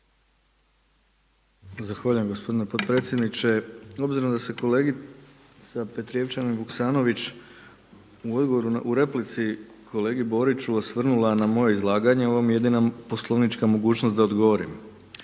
Zahvaljujem gospodine potpredsjedniče. Obzirom da se kolegica Perijevčanin Vuksanović u odgovoru u replici kolegi Boriću osvrnula na moje izlaganje ovo mi je je jedina poslovnička mogućnost da odgovorim,